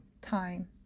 time